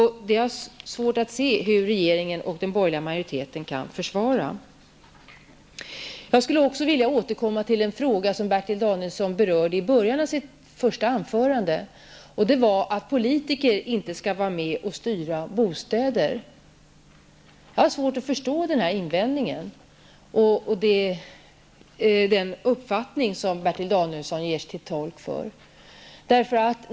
Jag har svårt att se att regeringen och den borgerliga majoriteten kan försvara sin politik. Jag vill återkomma till en uppfattning som Bertil Danielsson framförde i början av sitt första anförande, nämligen att politiker inte skall styra bostadsmarknaden. Jag har svårt att förstå den uppfattning som Bertil Danielsson här gör sig till talesman för.